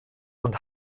und